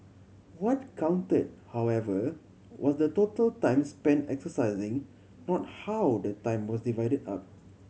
what count however was the total time spent exercising not how the time was divided up